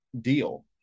deal